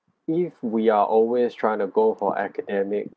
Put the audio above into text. if we are always trying to go for academic